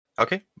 Okay